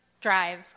drive